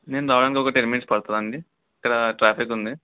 నేను రావడానికి ఒక టెన్ మినిట్స్ పడుతుంది అండి ఇక్కడ ట్రాఫిక్ ఉంది